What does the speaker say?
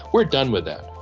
we're done with that.